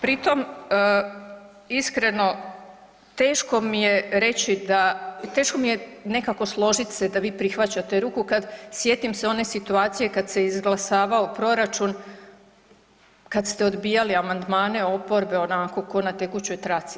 Pritom iskreno teško mi je reći da, teško mi je nekako složit se da vi prihvaćate ruku kad sjetim se one situacije kad se izglasavao proračun, kad ste odbijali amandmane oporbe onako ko na tekućoj traci.